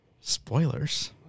Spoilers